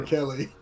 Kelly